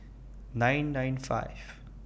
nine nine five